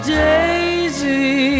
daisy